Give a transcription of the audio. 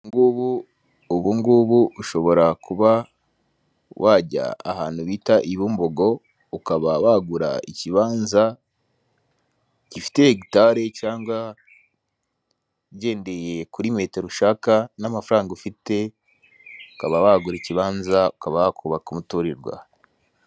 Ubungubu ushobora kuba wajya ahantu bita ibumbogo, ukaba wagura ikibanza gifite hegitari cyangwa ugendeye kuri metero ushaka na amafaranga ufite, ukaba wagura ikibanza ukaba wakubaka umuturirwa.